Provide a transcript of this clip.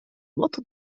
motto